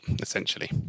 essentially